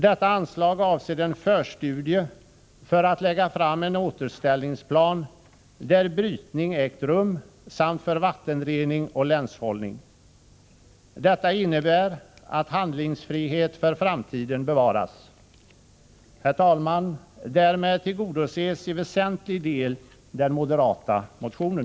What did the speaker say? Detta anslag avser förstudien till framläggandet av en återställningsplan där brytning ägt rum samt för vattenrening och länshållning. Detta innebär att handlingsfrihet för framtiden bevaras. Herr talman! Därmed tillgodoses i väsentlig del den moderata motionen.